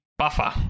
Buffer